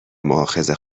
مواخذه